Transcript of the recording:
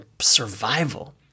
survival